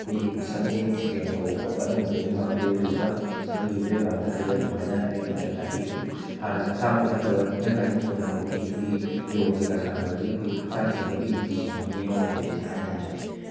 ꯑꯩꯈꯣꯏꯒꯤ ꯃꯁꯜꯁꯤꯡ ꯏꯁꯄ꯭ꯔꯦꯟ ꯇꯧꯕ ꯈꯣꯠꯄ ꯑꯗꯨꯝꯕꯗꯩꯁꯨ ꯉꯥꯛꯊꯣꯛꯑꯦ ꯑꯗꯨꯗꯨꯒ ꯃꯣꯏꯒꯤ ꯕꯦꯛꯒ꯭ꯔꯥꯎꯟꯗ ꯀꯩꯗ ꯀꯃꯥꯏꯅ ꯑꯦꯐꯦꯛ ꯇꯧꯒꯦ ꯍꯥꯏ ꯇꯥꯔꯗꯤ ꯑꯩꯈꯣꯏꯒꯤ ꯍꯥꯟꯅ ꯃꯁꯥ ꯃꯋꯨ ꯐꯠꯇꯕ ꯇꯤꯟꯖꯪ ꯀꯥꯏꯖꯪꯕ ꯑꯣꯏꯅ ꯍꯧꯔꯛꯄ ꯃꯤꯁꯦ ꯑꯩꯈꯣꯏꯒꯤ ꯌꯣꯒ ꯀꯩꯀꯥ ꯁꯥꯟꯅꯕꯗꯒꯤ ꯑꯩꯈꯣꯏ ꯍꯛꯆꯥꯡ ꯁꯦꯡꯕ ꯏ ꯅꯨꯡꯁꯤꯠ ꯁꯦꯡꯕ ꯃꯤ ꯑꯃ ꯑꯣꯏꯍꯜꯂꯦꯅ ꯍꯥꯏꯔꯒ ꯊꯝꯖꯒꯦ